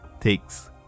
takes